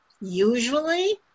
Usually